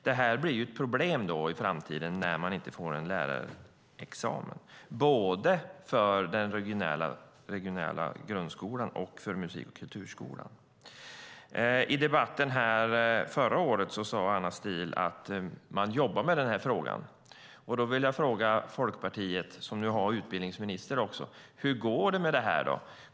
Det blir ett problem i framtiden, när man inte får en lärarexamen - både för den regionala grundskolan och för musik och kulturskolan. I debatten förra året sade Anna Steele att man jobbar med frågan. Då vill jag fråga Folkpartiet, som har utbildningsminister: Hur går det med detta?